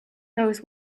knows